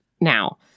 now